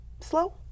slow